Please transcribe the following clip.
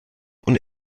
und